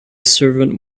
servant